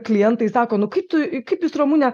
klientai sako nu kaip tu kaip jūs ramune